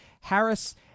Harris